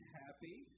happy